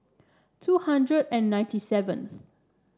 two hundred and ninety seventh